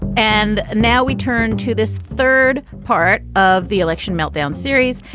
and now we turn to this third part of the election meltdown series.